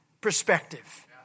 perspective